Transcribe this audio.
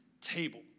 table